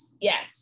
Yes